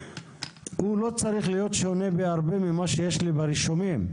הוא לא צריך להיות שונה בהרבה ממה שיש לי ברישומים.